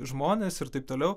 žmones ir taip toliau